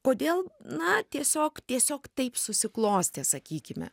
kodėl na tiesiog tiesiog taip susiklostė sakykime